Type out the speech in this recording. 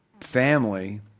family